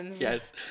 Yes